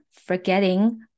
forgetting